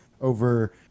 over